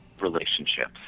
relationships